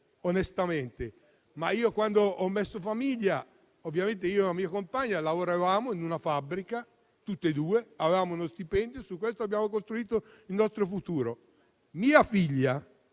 onestamente, quando ho messo su famiglia, io e la mia compagna lavoravamo in una fabbrica, avevamo uno stipendio e su questo abbiamo costruito il nostro futuro. Mia figlia